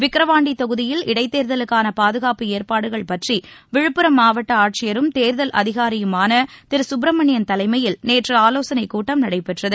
விக்கிரவாண்டி தொகுதியில் இடைத் தேர்தலுக்கான பாதுகாப்பு ஏற்பாடுகள் பற்றி விழுப்புரம் மாவட்ட ஆட்சியரும் தேர்தல் அதிகாரியுமான திரு சுப்பிரமணியன் தலைமையில் நேற்று ஆலோசனைக் கூட்டம் நடைபெற்றது